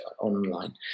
online